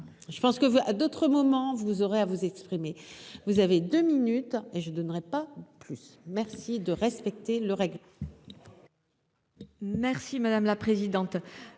je pense que vous à d'autres moments vous aurez à vous exprimer, vous avez 2 minutes et je donnerai pas plus. Merci de respecter le règlement.